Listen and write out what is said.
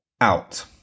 out